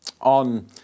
on